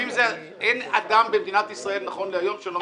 אין אדם במדינת ישראל נכון להיום שלא